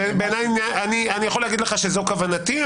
אני יכול להגיד לך שזו כוונתי,